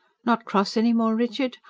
not cross any more, richard?